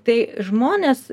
tai žmonės